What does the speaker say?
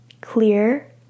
Clear